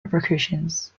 repercussions